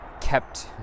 kept